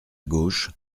gauche